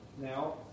now